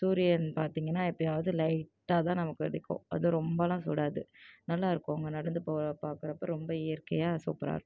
சூரியன் பார்த்திங்கனா எப்போயாவது லைட்டாக தான் நமக்கு அடிக்கும் அதுவும் ரொம்பலாம் சுடாது நல்லாயிருக்கும் அங்கே நடந்து போக பார்க்குறப்ப ரொம்ப இயற்கையாக சூப்பராக இருக்கும்